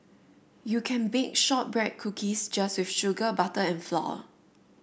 you can bake shortbread cookies just with sugar butter and flour